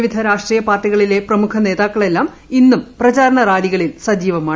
വിവിധ രാഷ്ട്രീയ പാർട്ടികളിലെ പ്രമുഖ നേതാക്കളെല്ലാം ഇന്നും പ്രചാരണറാലികളിൽ സജീവമാണ്